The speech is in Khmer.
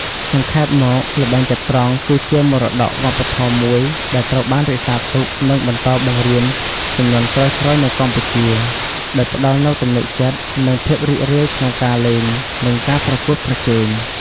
សង្ខេបមកល្បែងចត្រង្គគឺជាមរតកវប្បធម៌មួយដែលត្រូវបានរក្សាទុក និងបន្តបង្រៀនជំនាន់ក្រោយៗនៅកម្ពុជា ដោយផ្តល់នូវទំនុកចិត្ត និងភាពរីករាយក្នុងការលេង និងការប្រកួតប្រជែង។